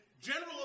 general